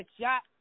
shot